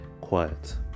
quiet